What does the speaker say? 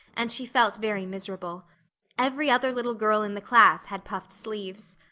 and she felt very miserable every other little girl in the class had puffed sleeves.